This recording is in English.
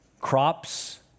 crops